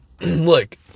Look